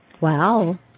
Wow